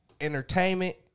entertainment